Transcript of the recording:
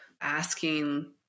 asking